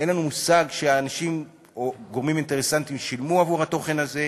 אין לנו מושג שאנשים או גורמים אינטרסנטיים שילמו עבור התוכן הזה,